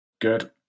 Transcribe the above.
Good